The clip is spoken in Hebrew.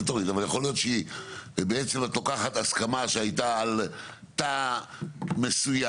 יכול להיות שבעצם את לוקחת הסכמה שהייתה על תא מסוים,